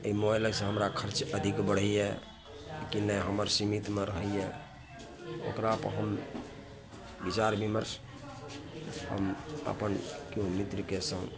एहि मोबाइलसँ हमरा खर्च अधिक बढ़ैए कि नहि हमर सीमितमे रहैए ओकरा पर हम बिचार बिमर्श हम अपन केओ मित्रके सङ्ग